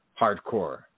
hardcore